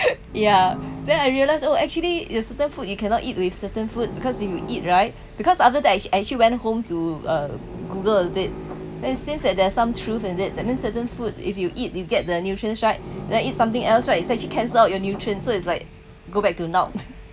ya then I realise oh actually there's certain food you cannot eat with certain food because if you eat right because after that I actually went home to uh google a bit then seems that there's some truth in it that means certain food if you eat you get the nutrients right then eat something else right it's actually cancelled out your nutrients so it's like go back to now